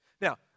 Now